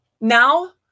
Now